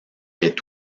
est